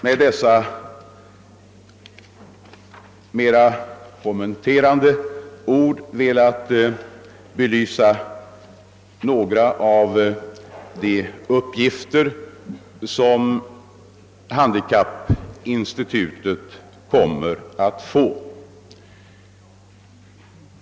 Med dessa mera kommenterande ord har jag velat belysa några av de uppgifter som handikappinstitutet kommer att få.